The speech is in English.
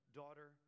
daughter